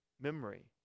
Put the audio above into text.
memory